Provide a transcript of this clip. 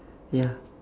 ya